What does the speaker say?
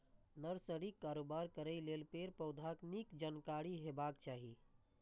नर्सरीक कारोबार करै लेल पेड़, पौधाक नीक जानकारी हेबाक चाही